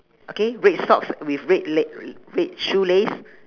okay red socks with red leg r~ red shoelace